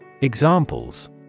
Examples